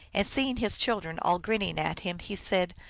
and, seeing his children all grinning at him, he said,